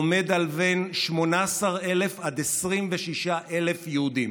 עומד על בין 18,000 עד 26,000 יהודים.